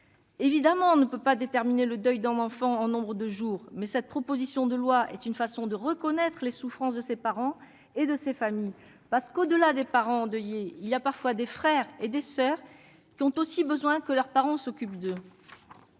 Évidemment qu'on ne peut pas déterminer le deuil d'un enfant en nombre de jours ! Mais cette proposition de loi est une façon de reconnaître les souffrances de ces parents et de ces familles ; au-delà des parents endeuillés, il y a parfois des frères et des soeurs qui ont aussi besoin que leurs parents s'occupent d'eux.